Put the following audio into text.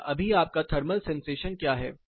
या अभी आपका थर्मल सेंसेशन क्या है